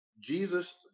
Jesus